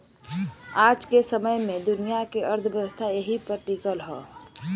आज के समय मे दुनिया के अर्थव्यवस्था एही पर टीकल हौ